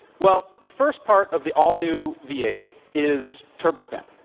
well, the first part of the all new v eight is turbofan.